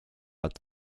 alt